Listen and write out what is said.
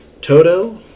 Toto